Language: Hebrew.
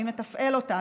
מי מתפעל אותה?